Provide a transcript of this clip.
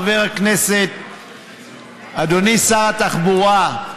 אדוני שר התחבורה,